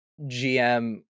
GM